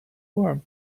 warm